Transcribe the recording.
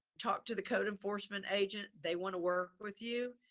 talk to the code enforcement agent. they want to work with you.